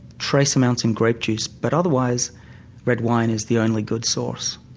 trace amounts in grape juice but otherwise red wine is the only good source.